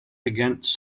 against